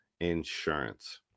Insurance